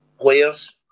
players